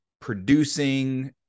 producing